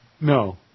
No